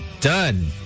done